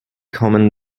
common